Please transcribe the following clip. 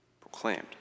proclaimed